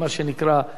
וכל מיני תוספים,